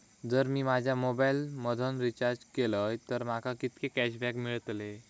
जर मी माझ्या मोबाईल मधन रिचार्ज केलय तर माका कितके कॅशबॅक मेळतले?